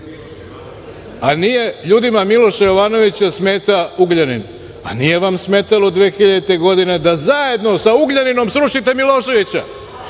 a ljudima Miloša Jovanovića smeta Ugljanin, a nije vam smetalo 2000. godine da zajedno sa Ugljaninom srušite Miloševića.